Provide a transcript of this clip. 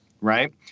Right